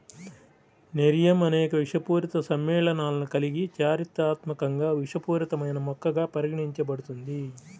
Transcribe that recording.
nerium అనేక విషపూరిత సమ్మేళనాలను కలిగి చారిత్రాత్మకంగా విషపూరితమైన మొక్కగా పరిగణించబడుతుంది